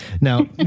Now